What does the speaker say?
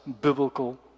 biblical